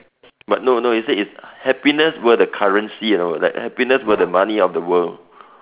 but no no it say if happiness were the currency you know like happiness were the money of the world